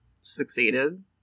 succeeded